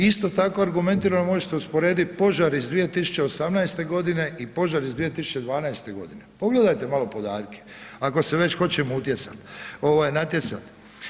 Isto tako argumentirano možete usporediti požar iz 2018. godine i požar iz 2012. godine, pogledajte malo podatke ako se već hoćemo utjecati, natjecati.